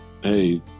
hey